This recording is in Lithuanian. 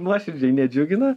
nuoširdžiai nedžiugina